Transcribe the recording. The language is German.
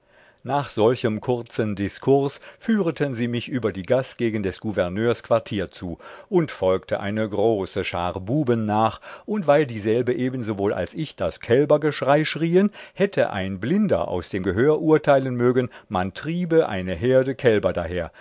nach solchem kurzen diskurs führeten sie mich über die gaß gegen des gouverneurs quartier zu uns folgte eine große schar buben nach und weil dieselbe ebensowohl als ich das kälbergeschrei schrieen hätte ein blinder aus dem gehör urteilen mögen man triebe eine herde kälber daher